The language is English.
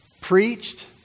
preached